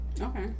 okay